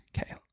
okay